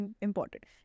important